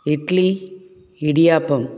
idli idiyappam